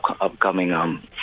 upcoming